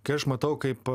kai aš matau kaip